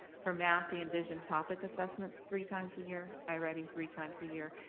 for math, the envision topic assessments three times a year, i-ready three times a year,